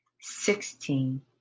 sixteen